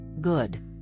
good